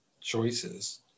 choices